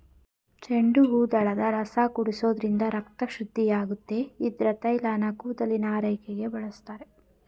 ಚೆಂಡುಹೂದಳದ ರಸ ಕುಡಿಸೋದ್ರಿಂದ ರಕ್ತ ಶುದ್ಧಿಯಾಗುತ್ತೆ ಇದ್ರ ತೈಲನ ಕೂದಲಿನ ಆರೈಕೆಗೆ ಬಳಸ್ತಾರೆ